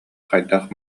хайдах